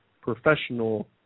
professional